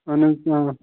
اَہن حظ